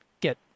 get